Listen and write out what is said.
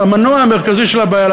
המנוע המרכזי של הבעיה,